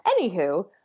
Anywho